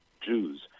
Jews